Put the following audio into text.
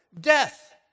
Death